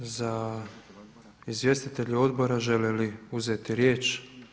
Izvjestitelji odbora žele li uzeti riječ?